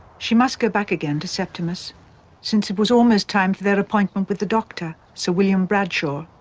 she must go back again to septimus since it was almost time for their appointment with the doctor, sir william bradshaw.